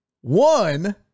one